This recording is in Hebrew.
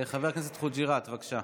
חבר הכנסת חוג'יראת, בבקשה.